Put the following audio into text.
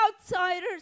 outsiders